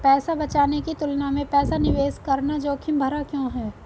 पैसा बचाने की तुलना में पैसा निवेश करना जोखिम भरा क्यों है?